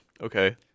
Okay